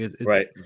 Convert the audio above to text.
right